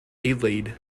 adelaide